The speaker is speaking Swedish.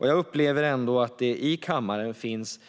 Jag upplever ändå att det i kammaren finns